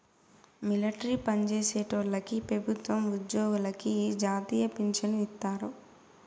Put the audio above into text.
military పన్జేసేటోల్లకి పెబుత్వ ఉజ్జోగులకి ఈ జాతీయ పించను ఇత్తారు